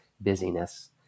busyness